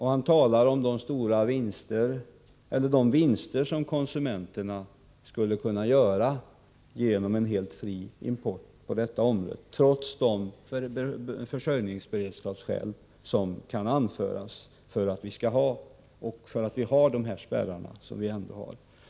Han talar om de vinster som konsumenterna skulle kunna göra genom en helt fri import på detta område, trots de försörjningsberedskapsskäl som kan anföras för de spärrar som vi har.